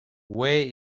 where